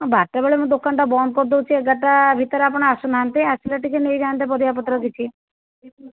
ହଁ ବାରଟା ବେଳେ ମୁଁ ଦୋକାନଟା ବନ୍ଦକରିଦେଉଛି ଏଗାରଟା ଭିତରେ ଆପଣ ଆସୁନାହାନ୍ତି ଆସିଲେ ଟିକିଏ ନେଇଯାଆନ୍ତେ ପରିବାପତ୍ର କିଛି